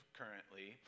currently